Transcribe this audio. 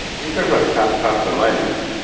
you talk about a fast path to enlightenment.